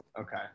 Okay